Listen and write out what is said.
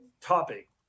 topic